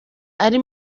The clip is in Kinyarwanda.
ari